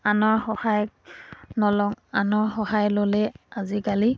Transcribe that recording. আনৰ সহায় নলওঁ আনৰ সহায় ল'লে আজিকালি